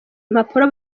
impapuro